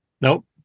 Nope